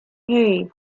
hei